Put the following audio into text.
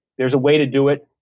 there's a way to do it,